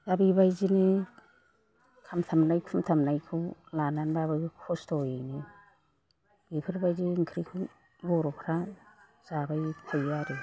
दा बेबायदिनो खामथामनाय खुमथामनायखौ लानानैब्लाबो खस्थ'यैनो बेफोरबायदि ओंख्रिखौ बर'फ्रा जाबाय थायो आरो